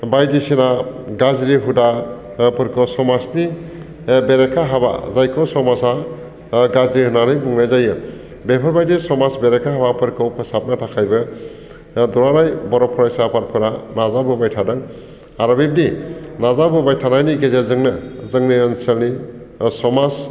बायदिसिना गाज्रि हुदाफोरखौ समाजनि बेरेखा हाबा जायखौ समाजा गाज्रि होननानै बुंनाय जायो बेफोरबायदि समाज बेरेखा हाबाफोरखौ फोसाबनो थाखायबो दुलाराय बर' फरायसा आफादफोरा नाजाबोबाय थादों आरो बिब्दि नाजाबोबाय थानायनि गेजेरजोंनो जोंनि ओनसोलनि समाज